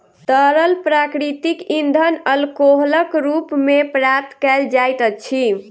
तरल प्राकृतिक इंधन अल्कोहलक रूप मे प्राप्त कयल जाइत अछि